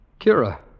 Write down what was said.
Kira